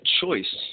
choice